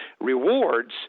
rewards